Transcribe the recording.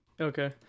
Okay